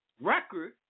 record